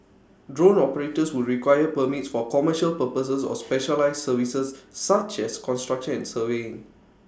drone operators would require permits for commercial purposes or specialised services such as construction and surveying